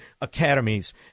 academies